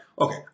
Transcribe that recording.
Okay